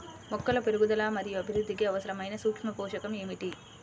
మొక్కల పెరుగుదల మరియు అభివృద్ధికి అవసరమైన సూక్ష్మ పోషకం ఏమిటి?